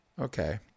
Okay